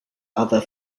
other